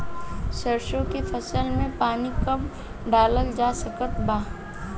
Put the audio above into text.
सरसों के फसल में पानी कब डालल जा सकत बा?